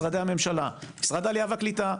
משרדי הממשלה משרד העלייה והקליטה,